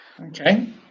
Okay